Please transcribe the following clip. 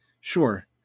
Sure